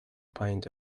point